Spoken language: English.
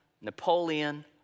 Napoleon